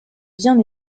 bien